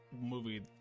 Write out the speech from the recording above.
movie